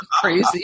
crazy